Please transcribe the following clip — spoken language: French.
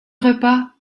repas